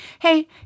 hey